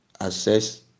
assess